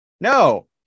no